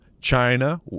China